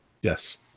Yes